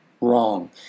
wrong